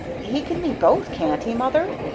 he can be both, can't he, mother?